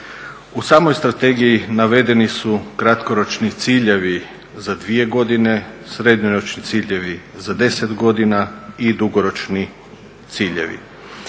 U samoj strategiji navedeni su kratkoročni ciljevi za 2 godine, srednjoročni ciljevi za 10 godina i dugoročni ciljevi.